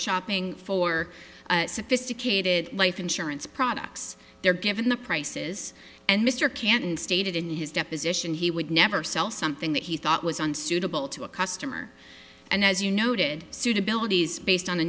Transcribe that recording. shopping for sophisticated life insurance products they're given the prices and mr cannon stated in his deposition he would never sell something that he thought was unsuitable to a customer and as you noted sued abilities based on a